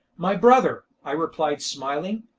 my brother, i replied smiling,